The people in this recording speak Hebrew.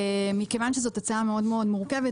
מכיוון שזאת הצעה מאוד מורכבת,